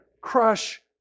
crush